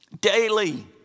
daily